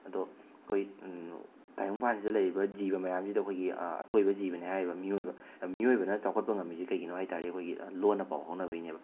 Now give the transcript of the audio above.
ꯑꯗꯣ ꯑꯩꯈꯣꯏ ꯇꯥꯏꯕꯪꯄꯥꯟꯁꯤꯗ ꯂꯩꯔꯤꯕ ꯖꯤꯕ ꯃꯌꯥꯝꯁꯤꯗ ꯑꯩꯈꯣꯏꯒꯤ ꯑꯊꯣꯏꯕ ꯖꯤꯕꯅꯤ ꯍꯥꯏꯔꯤꯕ ꯃꯤꯑꯣꯏꯕ ꯃꯤꯑꯣꯏꯕꯅ ꯆꯥꯎꯈꯠꯄ ꯉꯝꯃꯤꯁꯤ ꯀꯩꯒꯤꯅꯣ ꯍꯥꯏꯕ ꯇꯥꯔꯗꯤ ꯑꯩꯈꯣꯏꯒꯤ ꯂꯣꯟꯅ ꯄꯥꯎ ꯐꯥꯎꯅꯕꯒꯤꯅꯦꯕ